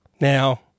Now